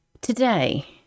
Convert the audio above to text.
Today